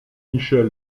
michel